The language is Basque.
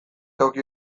toki